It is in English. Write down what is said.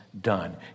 done